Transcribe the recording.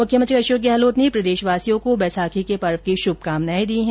मुख्यमंत्री अशोक गहलोत ने प्रदेशवासियों को वैसाखी के पर्व की श्भकामनाएं दी है